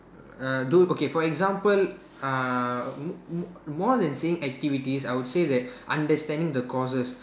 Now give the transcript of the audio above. err do okay for example uh m~ m~ more than saying activities I would say that understanding the courses